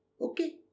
Okay